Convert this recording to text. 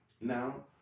Now